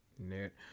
Net